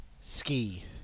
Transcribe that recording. Ski